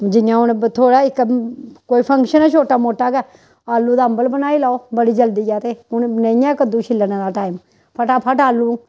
जि'यां हून थोह्ड़ा इक कोई फंक्शन ऐ छोटा मोटा गै आलू दा अम्बल बनाई लैओ बड़ी जल्दी ऐ ते हून नेईं ऐ कद्दूं छिल्लने दा टाइम फटाफट आलू